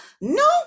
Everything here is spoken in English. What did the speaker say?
No